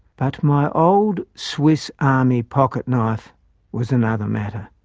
but my old swiss army pocket-knife was another matter.